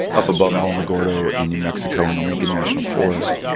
up above alamogordo in new mexico in the lincoln national forest,